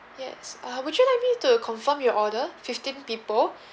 yes uh would you like me to confirm your order fifteen people